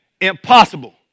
Impossible